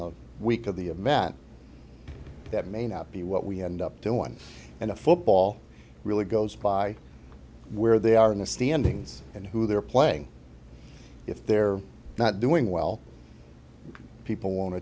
the week of the a mat that may not be what we end up to one and a football really goes by where they are in the standings and who they're playing if they're not doing well people w